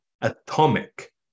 atomic